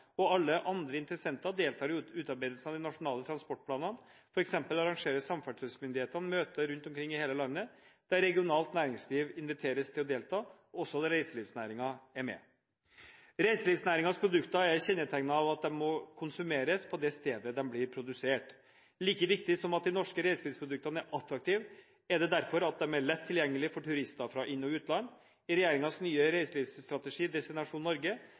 og alle andre interessenter – deltar i utarbeidelsen av de nasjonale transportplanene, f.eks. arrangerer samferdselsmyndighetene møter rundt omkring i hele landet, der regionalt næringsliv inviteres til å delta. Også reiselivsnæringen er med. Reiselivsnæringens produkter er kjennetegnet av at de må konsumeres på det stedet de blir produsert. Like viktig som at de norske reiselivsproduktene er attraktive, er det derfor at de er lett tilgjengelige for turister fra inn- og utland. I regjeringens nye reiselivsstrategi, Destinasjon Norge,